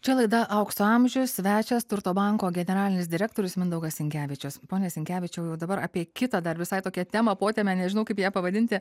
čia laida aukso amžius svečias turto banko generalinis direktorius mindaugas sinkevičius pone sinkevičiau jau dabar apie kitą dar visai tokią temą potemę nežinau kaip ją pavadinti